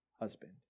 husband